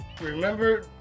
remember